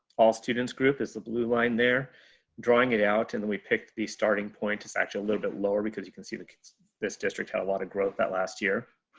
all students group is the blue line. they're drawing it out and then we picked the starting point it's actually a little bit lower because you can see the kids this district had a lot of growth that last year.